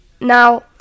Now